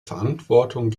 verantwortung